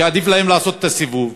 כי עדיף להם לעשות את הסיבוב.